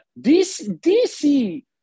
DC